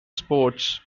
sports